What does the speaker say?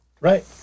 Right